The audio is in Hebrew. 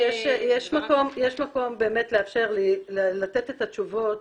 יש מקום לאפשר לי לתת את התשובות